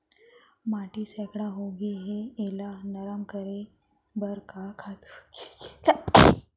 माटी सैकड़ा होगे है एला नरम करे बर का खातू छिंचे ल परहि?